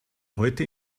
heute